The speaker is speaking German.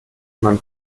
man